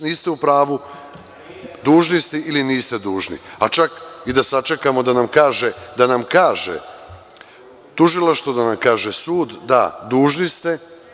Niste u pravu, dužni ste, ili niste dužni, a čak i da sačekamo da nam kaže, da nam tužilaštvo kaže, da nam kaže sud da, dužni ste.